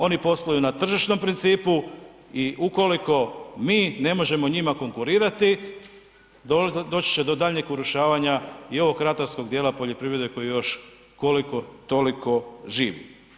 Oni posluju na tržišnom principu i ukoliko mi ne možemo njima konkurirati, doći će do daljnjeg urušavanja i ovog ratarskog dijela poljoprivrede koji još koliko-toliko živi.